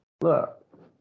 look